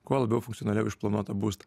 kuo labiau užsinorėjau į išplanuotą būstą